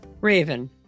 Raven